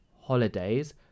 holidays